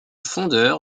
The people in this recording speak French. fondeur